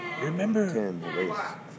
Remember